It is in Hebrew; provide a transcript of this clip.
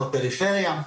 בפריפריה.